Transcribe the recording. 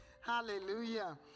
Hallelujah